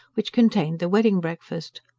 which contained the wedding-breakfast.